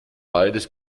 beides